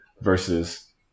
versus